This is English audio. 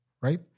Right